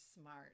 smart